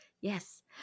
Yes